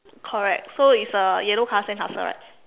correct so it's a yellow color sandcastle right